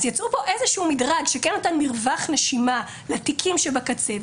יצרו פה איזה שהוא מדרג שכן נותן מרווח נשימה לתיקים שבקצה,